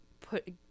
put